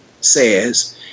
says